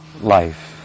life